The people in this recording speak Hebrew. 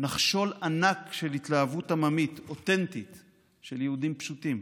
נחשול ענק של התלהבות עממית אותנטית של יהודים פשוטים.